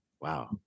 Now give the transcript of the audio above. Wow